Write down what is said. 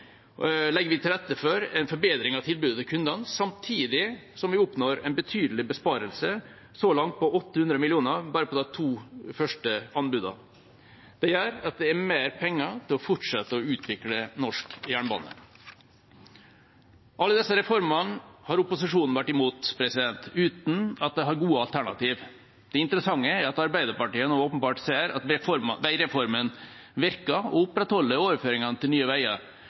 legger vi til rette for en forbedring av tilbudet til kundene, samtidig som vi oppnår en betydelig besparelse – så langt på 800 mill. kr bare på de to første anbudene. Det gjør at det er mer penger til å fortsette med å utvikle norsk jernbane. Alle disse reformene har opposisjonen vært imot – uten at de har gode alternativ. Det interessante er at Arbeiderpartiet nå åpenbart ser at veireformen virker, og opprettholder overføringen til Nye Veier,